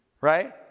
Right